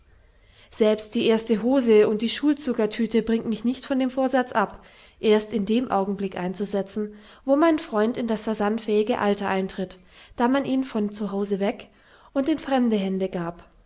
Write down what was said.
selbst die erste hose und die schulzuckertüte bringt mich nicht von dem vorsatz ab erst in dem augenblick einzusetzen wo mein freund in das versandfähige alter eintritt da man ihn von hause weg und in fremde hände gab